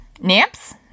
naps